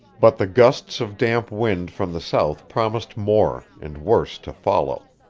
but the gusts of damp wind from the south promised more and worse to follow.